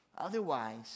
Otherwise